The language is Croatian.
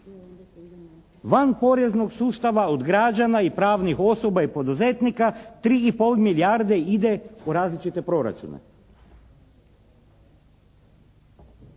Van poreznog sustava od građana i pravnih osoba i poduzetnika 3 i pol milijarde ide po različite proračune.